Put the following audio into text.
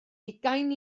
ugain